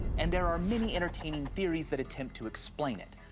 and there are many entertaining theories that attempt to explain it.